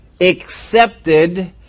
Accepted